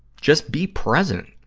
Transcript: just be present.